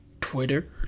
Twitter